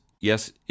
yes